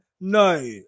no